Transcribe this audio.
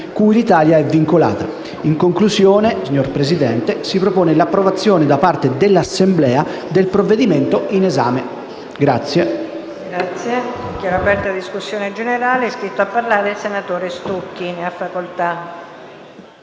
cui l'Italia è vincolata. In conclusione, signora Presidente, si propone l'approvazione da parte dell'Assemblea del provvedimento in esame.